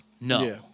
no